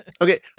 Okay